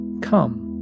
Come